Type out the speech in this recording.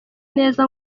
neza